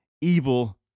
evil